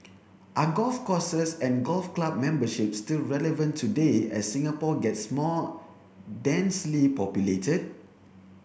are golf courses and golf club memberships still relevant today as Singapore gets more densely populated